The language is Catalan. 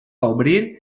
obrir